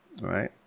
right